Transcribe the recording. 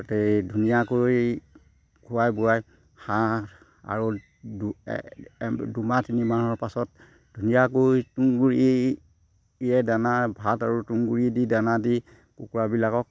গোটেই ধুনীয়াকৈ খুৱাই বোৱাই হাঁহ আৰু দুমাহ তিনি মাহৰ পাছত ধুনীয়াকৈ তুঁহগুড়ি দানা ভাত আৰু তুঁহগুড়ি দি দানা দি কুকুৰাবিলাকক